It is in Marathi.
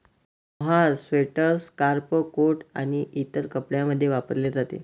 मोहायर स्वेटर, स्कार्फ, कोट आणि इतर कपड्यांमध्ये वापरले जाते